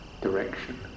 direction